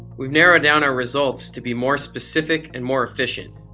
we've narrowed down our results to be more specific and more efficient.